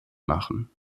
machen